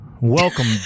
Welcome